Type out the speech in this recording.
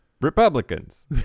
Republicans